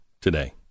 today